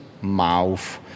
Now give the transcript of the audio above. mouth